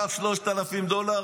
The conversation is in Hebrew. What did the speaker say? קח 3,000 דולר,